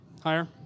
Higher